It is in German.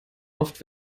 oft